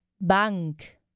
Bank